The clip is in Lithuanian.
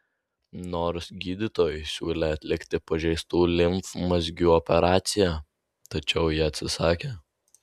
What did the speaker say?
nors gydytojai siūlė atlikti pažeistų limfmazgių operaciją tačiau ji atsisakė